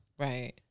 Right